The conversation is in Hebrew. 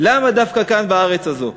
למה דווקא כאן בארץ הזאת,